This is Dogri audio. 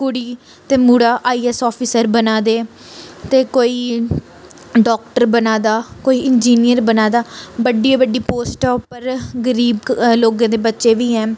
कुड़ी ते मुड़ा आई एस ऑफिसर बना दे ते कोई डाक्टर बना दा कोई इंजीनियर बना दा बड्डी बड्डी पोस्टां उप्पर गरीब लोगें दे बच्चे बी हैन